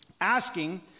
asking